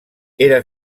era